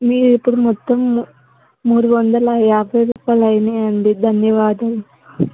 మీ ఇప్పుడు మొత్తం మూ మూడు వందల యాభై రూపాయలయినాయండి ధన్యవాదాలు